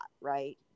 right